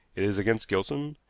it is against gilson,